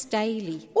daily